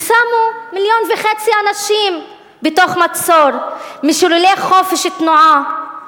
ושמו מיליון וחצי אנשים במצור, משוללי חופש תנועה.